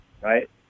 right